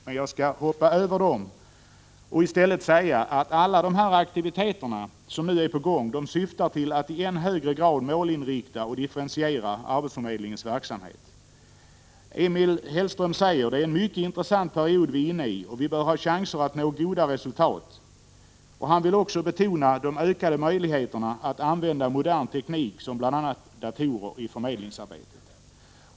Men jag skall hoppa över dem och säga att alla de aktiviteter som nu är på gång syftar till att i än högre grad målinrikta och differentiera arbetsförmedlingens verksamhet. Emil Hellström säger att det är en mycket intressant period som vi är inne i och att vi bör ha chanser att nå goda resultat. Han vill också betona de ökade möjligheterna att använda modern teknik, bl.a. datorer, i förmedlingsarbetet.